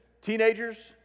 teenagers